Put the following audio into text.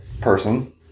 person